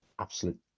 absolute